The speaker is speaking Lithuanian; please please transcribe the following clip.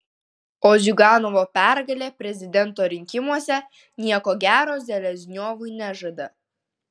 o ziuganovo pergalė prezidento rinkimuose nieko gero selezniovui nežada